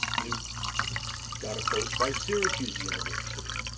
we got approached by syracuse university.